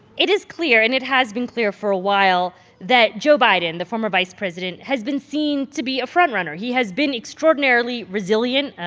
it is clear and it has been clear for a while that joe biden, the former vice president, has been seen to be a front-runner. he has been extraordinarily resilient.